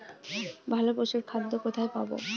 ভালো পশুর খাদ্য কোথায় পাবো?